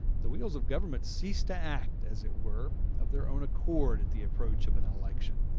the wheels of government cease to act, as it were, of their own accord at the approach of an election,